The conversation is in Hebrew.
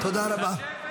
תודה רבה.